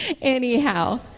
Anyhow